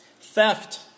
Theft